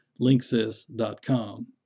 Linksys.com